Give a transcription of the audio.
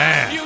Man